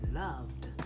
loved